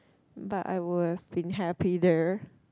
but I would have been happy there